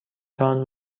تان